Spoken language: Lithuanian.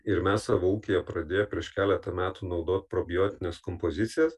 ir mes savo ūkyje pradėję prieš keletą metų naudot probiotines kompozicijas